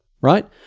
right